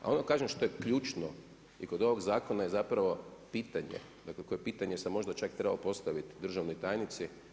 A ono kažem što je ključno i kod ovog zakona je zapravo pitanje, dakle koje pitanje sam možda čak i trebao postaviti državnoj tajnici.